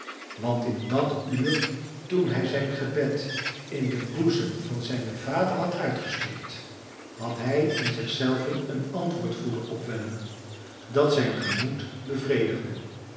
want in dat uur toen hij zijn gebed in den boezem van zijnen vader had uitgestort had hij in zich zelven een antwoord voelen opwellen dat zijn gemoed bevredigde